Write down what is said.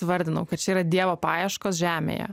įvardinau kad čia yra dievo paieškos žemėje